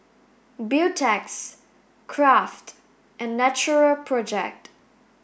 Beautex Kraft and Natural project